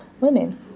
women